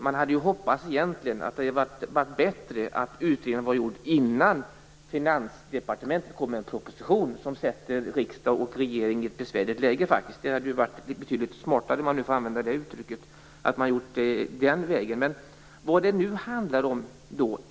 Det hade varit bättre om utredningen hade varit gjord innan Finansdepartementet kom med en proposition som sätter riksdag och regering i ett besvärligt. Det hade varit betydligt smartare att man hade gått den vägen.